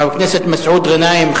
חבר הכנסת מסעוד גנאים,